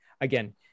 again